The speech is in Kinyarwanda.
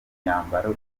myambaro